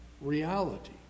reality